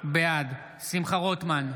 בעד שמחה רוטמן,